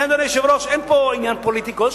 לכן, אדוני היושב-ראש, אין פה עניין פוליטי כלשהו.